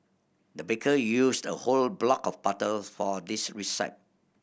the baker used a whole block of butter for this